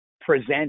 present